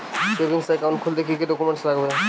Savings account খুলতে কি কি ডকুমেন্টস লাগবে?